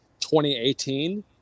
2018